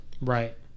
Right